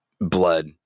blood